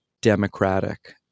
democratic